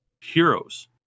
heroes